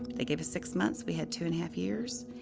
they gave us six months, we had two-and-a-half years,